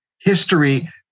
History